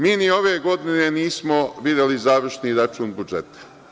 Mi ni ove godine nismo videli završni račun budžeta.